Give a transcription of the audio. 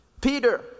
Peter